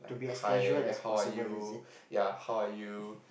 hi then how are you ya how are you